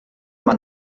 man